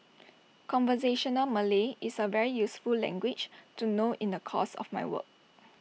conversational Malay is A very useful language to know in the course of my work